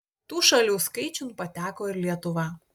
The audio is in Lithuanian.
tų šalių skaičiun pateko ir lietuva